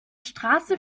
straße